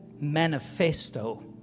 manifesto